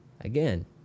Again